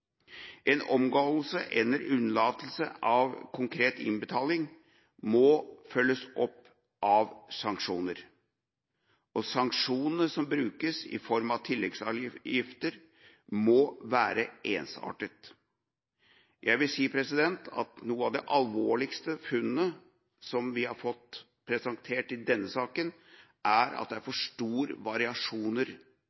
En omgåelse eller unnlatelse av korrekt innbetaling må følges opp av sanksjoner. Sanksjonene som brukes i form av tilleggsavgifter, må være ensartete. Noe av det alvorligste funnet vi har fått presentert i denne saken, er at det er